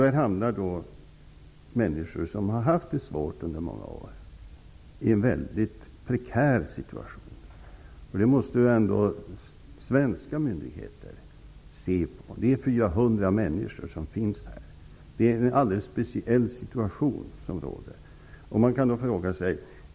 Det handlar om människor som har haft det svårt under många år, i en prekär situation. Svenska myndigheter måste ta hänsyn till detta. Det är 400 människor som finns här.